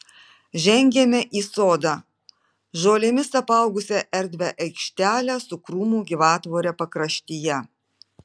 žengėme į sodą žolėmis apaugusią erdvią aikštelę su krūmų gyvatvore pakraštyje